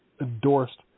endorsed